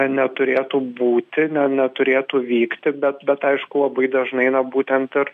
neturėtų būti ne neturėtų vykti bet bet aišku labai dažnai na būtent ir